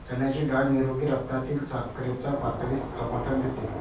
चण्याची डाळ निरोगी रक्तातील साखरेच्या पातळीस समर्थन देते